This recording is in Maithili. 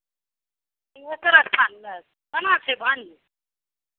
सिंहेश्वर स्थान लग कोना छै